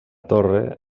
torre